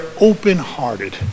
open-hearted